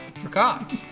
forgot